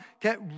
get